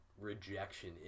rejection